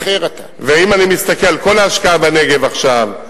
אם אני מסתכל, כל ההשקעה בנגב עכשיו,